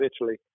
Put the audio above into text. Italy